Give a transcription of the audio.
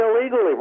illegally